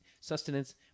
sustenance